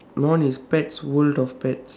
my one is pets world of pets